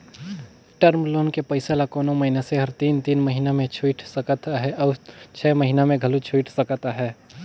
term loan के पइसा ल कोनो मइनसे हर तीन तीन महिना में छुइट सकत अहे अउ छै महिना में घलो छुइट सकत अहे